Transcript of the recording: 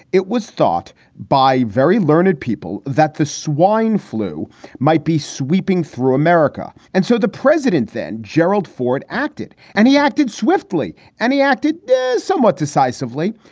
it was thought by very learned people that the swine flu might be sweeping through america. and so the president then gerald ford acted and he acted swiftly and he acted somewhat decisively.